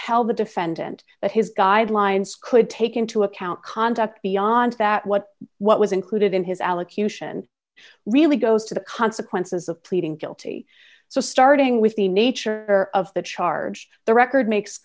tell the defendant that his guidelines could take into account conduct beyond that what what was included in his allocution really goes to the consequences of pleading guilty so starting with the nature of the charge the record makes